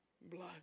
blood